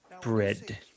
bread